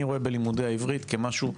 אני רואה בלימודי העברית משהו,